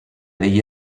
degli